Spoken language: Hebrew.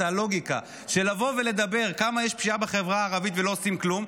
את הלוגיקה של לבוא ולדבר כמה יש פשיעה בחברה הערבית ולא עושים כלום,